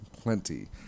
plenty